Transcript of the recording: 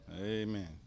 Amen